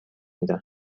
میدن